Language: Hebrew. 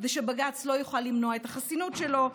כדי שבג"ץ לא יוכל למנוע את החסינות שלו.